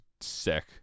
sick